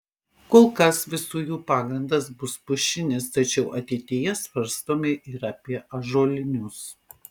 kol kas visų jų pagrindas bus pušinis tačiau ateityje svarstome ir apie ąžuolinius